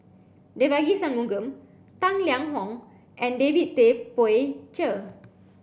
Devagi Sanmugam Tang Liang Hong and David Tay Poey Cher